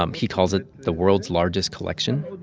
um he calls it the world's largest collection.